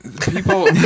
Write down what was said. people